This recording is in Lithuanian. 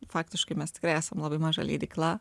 faktiškai mes tikrai esam labai maža leidykla